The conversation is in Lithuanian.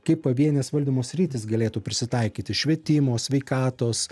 kaip pavienės valdymo sritys galėtų prisitaikyti švietimo sveikatos